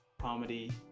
comedy